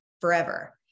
forever